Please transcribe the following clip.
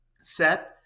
set